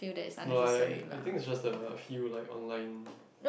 no lah I I I think is just the a few like online